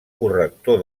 corrector